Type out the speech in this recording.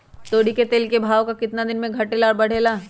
तोरी के तेल के भाव केतना दिन पर घटे ला बढ़े ला?